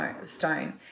stone